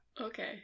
Okay